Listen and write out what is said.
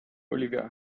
olivia